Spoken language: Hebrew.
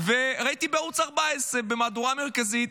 וראיתי בערוץ 14, במהדורה המרכזית,